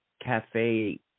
Cafe